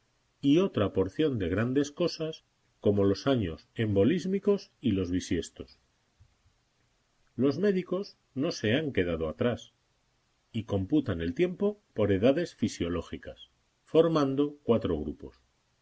y otra porción de grandes cosas como los años embolísmicos y los bisiestos los médicos no se han quedado atrás y computan el tiempo por edades fisiológicas formando cuatro grupos